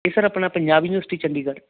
ਇਹ ਸਰ ਆਪਣਾ ਪੰਜਾਬ ਯੂਨੀਵਰਸਿਟੀ ਚੰਡੀਗੜ